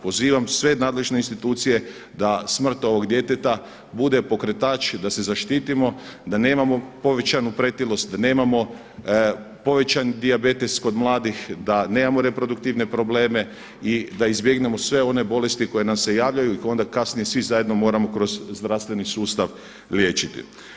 Pozivam sve nadležne institucije da smrt ovog djeteta bude pokretač da se zaštitimo da nemamo povećanu pretilost, da nemamo povećan dijabetes kod mladih, da nemamo reproduktivne probleme i da izbjegnemo sve one bolesti koje nam se javljaju i onda kasnije svi zajedno moramo kroz zdravstveni sustav liječiti.